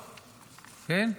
כן?